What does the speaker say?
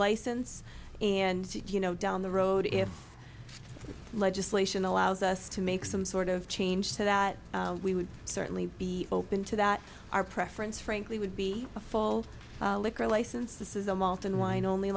license and you know down the road if legislation allows us to make some sort of change so that we would certainly be open to that our preference frankly would be a full liquor license this is a malt and wine only